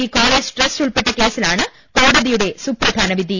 V college trust ഉൾപ്പെട്ട കേസിലാണ് കോടതിയുടെ സുപ്ര ധാന വിധി